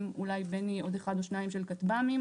אולי בני, עוד אחד או שניים של כטב"מים.